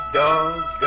dog